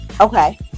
okay